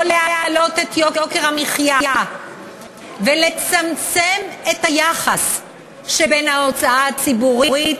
לא להעלות את יוקר המחיה ולצמצם את היחס שבין ההוצאה הציבורית